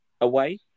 away